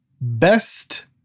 best